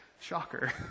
Shocker